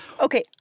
Okay